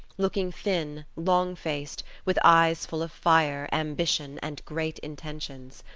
looking thin, long-faced, with eyes full of fire, ambition and great intentions.